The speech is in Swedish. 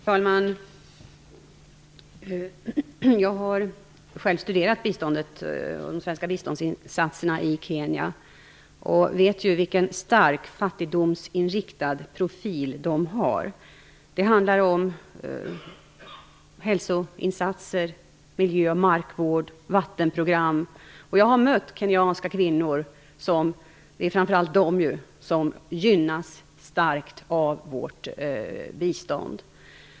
Fru talman! Jag har själv studerat biståndet och de svenska biståndsinsatserna i Kenya. Jag vet vilken starkt fattigdomsinriktad profil de har. Det handlar om hälsoinsatser, miljö och markvård och vattenprogram. Jag har mött kenyanska kvinnor, och det är ju framför allt de som gynnas starkt av vårt bistånd.